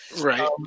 Right